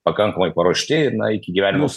pakankamai paruošti na iki gyvenimo